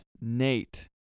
Nate